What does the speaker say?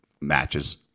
matches